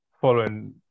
following